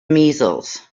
measles